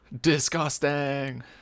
Disgusting